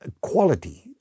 quality